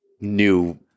new